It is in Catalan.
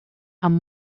amb